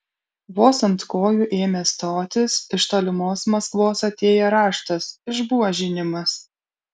vos ant kojų ėmė stotis iš tolimos maskvos atėjo raštas išbuožinimas